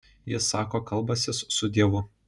jis sako kalbąsis su dievu